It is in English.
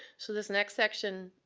so this next section,